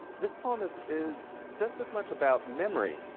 this poem is is just as much about memory